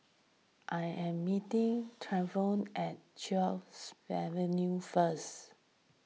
I am meeting Travon at Chatsworth Avenue first